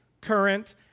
current